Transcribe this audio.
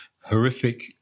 horrific